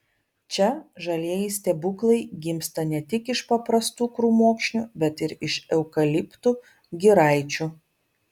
čia žalieji stebuklai gimsta ne tik iš paprastų krūmokšnių bet ir iš eukaliptų giraičių